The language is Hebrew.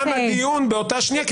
אני הייתי אומר באותה שנייה שתם הדיון